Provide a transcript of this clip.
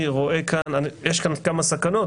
יש כאן כמה סכנות.